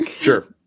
Sure